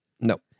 No